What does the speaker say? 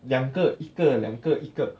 两个一个两个一个